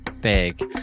big